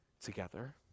together